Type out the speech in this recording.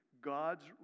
God's